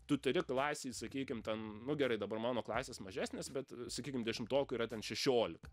tu turi klasėj sakykim ten nu gerai dabar mano klasės mažesnės bet sakykim dešimtokų yra ten šešiolika